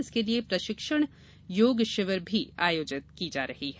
इसके लिये प्रशिक्षण योग शिविर भी आयोजित की जा रही है